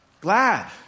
Glad